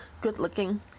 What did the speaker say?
good-looking